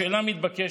השאלה המתבקשת: